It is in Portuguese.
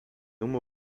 uma